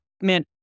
Man